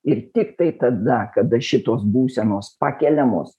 ir tiktai tada kada šitos būsenos pakeliamos